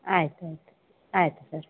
ಆಯ್ತು ಆಯಿತು ಆಯಿತು ಸರ್